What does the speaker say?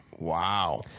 Wow